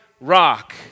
rock